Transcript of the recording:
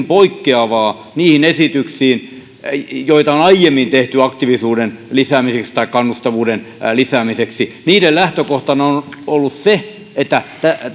poikkeavaa niihin esityksiin nähden joita on aiemmin tehty aktiivisuuden lisäämiseksi tai kannustavuuden lisäämiseksi niiden lähtökohtana on on ollut se että